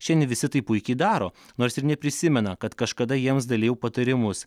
šiandien visi tai puikiai daro nors ir neprisimena kad kažkada jiems dalijau patarimus